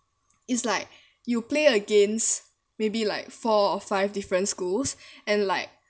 is like you play against maybe like four or five different schools and like